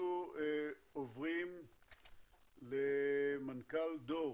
אנחנו עוברים למנכ"ל דור,